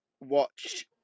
watch